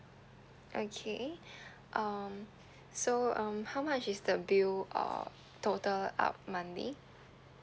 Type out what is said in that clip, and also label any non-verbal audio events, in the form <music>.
okay <breath> um so um how much is the bill or total up monthly